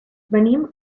venim